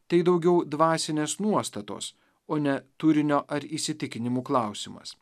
tai daugiau dvasinės nuostatos o ne turinio ar įsitikinimų klausimas